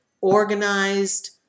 organized